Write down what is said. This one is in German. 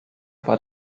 war